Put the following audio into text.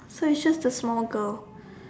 so it's just a small girl